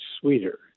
sweeter